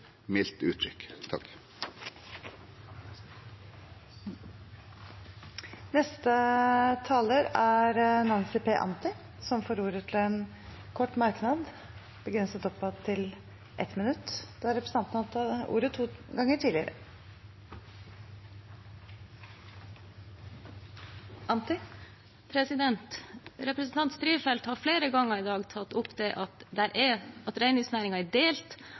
mildt utrykk. Representanten Nancy P. Anti har hatt ordet to ganger tidligere og får ordet til en kort merknad, begrenset til 1 minutt. Representanten Strifeldt har flere ganger i dag tatt opp at reindriftsnæringen er delt,